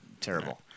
terrible